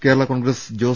Kerala Congress Jose